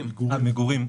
--- מגורים?